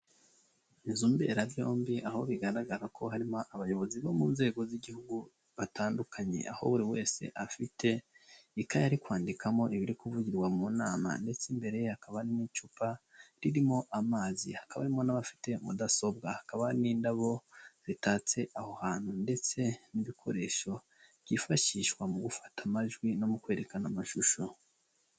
Inzu mberabyombi aho bigaragara ko harimo abayobozi bo mu nzego z'igihugu batandukanye, aho buri wese afite ikaye ari kwandikamo ibiri kuvugirwa mu nama ndetse imbere ye hakaba hari n'icupa ririmo amazi, hakaba harimo n'abafite mudasobwa, hakaba n'indabo zitatse aho hantu ndetse n'ibikoresho byifashishwa mu gufata amajwi no mu kwerekana amashusho.